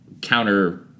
counter